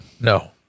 No